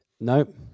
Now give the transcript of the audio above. Nope